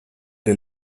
der